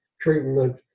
treatment